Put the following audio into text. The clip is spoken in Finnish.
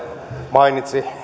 mainitsi